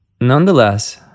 Nonetheless